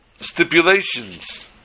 stipulations